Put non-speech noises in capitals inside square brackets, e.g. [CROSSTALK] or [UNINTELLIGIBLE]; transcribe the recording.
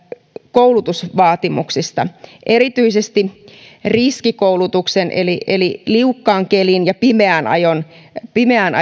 koulutusvaatimuksista erityisesti riskikoulutuksen eli eli liukkaan kelin ja pimeällä [UNINTELLIGIBLE]